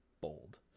Bold